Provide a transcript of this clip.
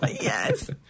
Yes